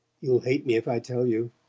you'll hate me if i tell you.